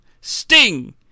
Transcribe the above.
Sting